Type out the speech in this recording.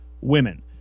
women